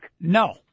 No